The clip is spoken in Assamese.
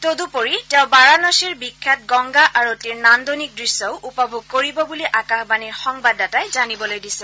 তদুপৰি তেওঁ বাৰানসীৰ বিখ্যাত গংগা আৰতিৰ নান্দনিক দশ্যও উপভোগ কৰিব বুলি আকাশবাণীৰ সংবাদদাতাই জানিবলৈ দিছে